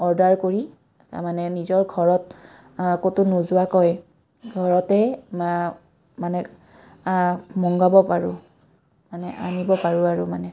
order কৰি তাৰমানে নিজৰ ঘৰত ক'তো নোযোৱাকৈ ঘৰতে মানে মংগাব পাৰোঁ মানে আনিব পাৰোঁ আৰু মানে